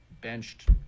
benched